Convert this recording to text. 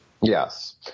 Yes